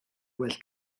well